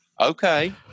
okay